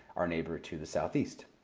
our neighbor to the southeast.